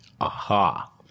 Aha